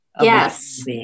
Yes